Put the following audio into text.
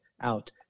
out